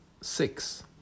six